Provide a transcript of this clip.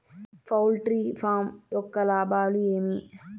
poultry farm యొక్క లాభాలు ఏమి